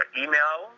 email